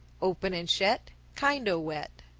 open and shet, kind o' wet.